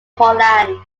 holland